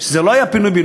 וזה לא היה פינוי-בינוי,